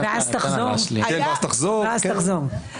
ואז תחזור.